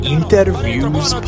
Interviews